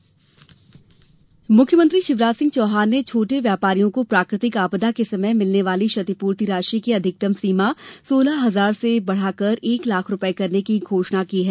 संबल योजना मुख्यमंत्री शिवराज सिंह चौहान ने छोटे व्यापारियों को प्राकृतिक आपदा के समय मिलने वाली क्षति पूर्ति राशि की अधिकतम सीमा सोलह हजार से बढ़ाकर एक लाख रूपये करने की घोषणा की है